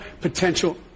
potential